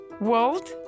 World